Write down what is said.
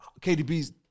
KDB's